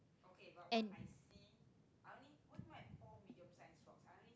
and